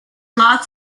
lots